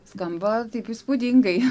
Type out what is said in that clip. skamba taip įspūdingai